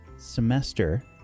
semester